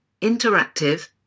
interactive